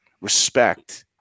respect